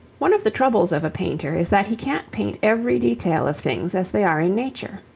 one of the troubles of a painter is that he can't paint every detail of things as they are in nature.